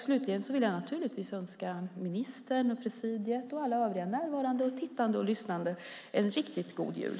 Slutligen vill jag naturligtvis önska ministern, presidiet och alla övriga närvarande och tittande och lyssnande en riktigt god jul.